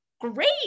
great